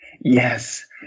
Yes